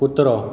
कुत्रो